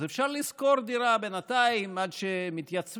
אז אפשר לשכור דירה בינתיים עד שמתייצבים,